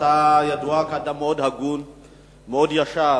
אתה ידוע כאדם הגון וישר,